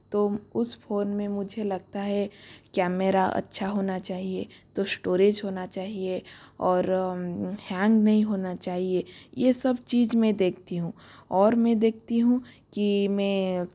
तो उस फोन में मुझे लगता है कैमेरा अच्छा होना चाहिए तो स्टोरेज होना चाहिए और हैंग नहीं होना चाहिए ये सब चीज मैं देखती हूँ और मैं देखती हूँ कि मैं